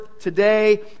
today